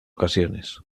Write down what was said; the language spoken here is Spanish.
ocasiones